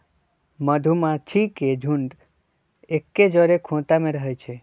मधूमाछि के झुंड एके जौरे ख़ोता में रहै छइ